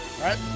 right